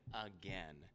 again